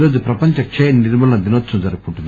ఈ రోజు ప్రపంచ క్షయ నిర్మూలన దినోత్పవం జరుపుకుంటున్నారు